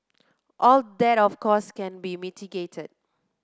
all that of course can be mitigated